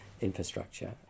infrastructure